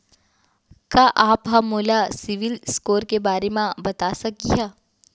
का आप हा मोला सिविल स्कोर के बारे मा बता सकिहा?